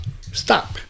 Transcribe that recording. stop